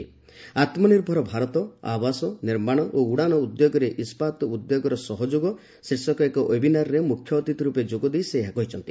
ଆତ୍ମ ନିର୍ଭର ଭାରତ ଆବାସ ନିର୍ମାଣ ଓ ଉଡ଼ାଣ ଉଦ୍ୟୋଗରେ ଇସ୍କାତ ଉଦ୍ୟୋଗର ସହଯୋଗ ଶୀର୍ଷକ ଏକ ଓ୍ବେବିନାରରେ ମୁଖ୍ୟ ଅତିଥି ରୂପେ ଯୋଗ ଦେଇ ସେ ଏହା କହିଛନ୍ତି